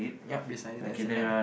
yup besides it there's a net